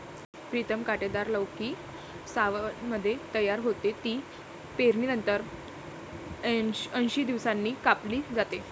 प्रीतम कांटेदार लौकी सावनमध्ये तयार होते, ती पेरणीनंतर ऐंशी दिवसांनी कापली जाते